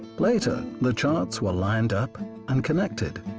later the charts were lined-up and connected,